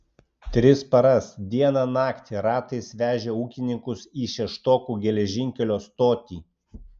tris paras dieną naktį ratais vežė ūkininkus į šeštokų geležinkelio stotį